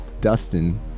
Dustin